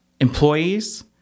employees